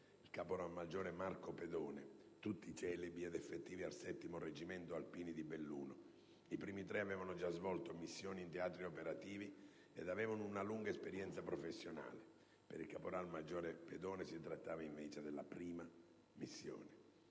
il caporal maggiore Marco Pedone: tutti celibi ed effettivi al 7° Reggimento Alpini di Belluno. I primi tre avevano già svolto missioni in teatri operativi e avevano una lunga esperienza professionale. Per il caporal maggiore Pedone si trattava invece della prima missione.